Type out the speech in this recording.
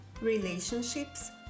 relationships